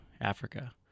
Africa